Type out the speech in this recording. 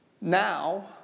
now